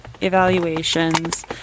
evaluations